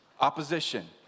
opposition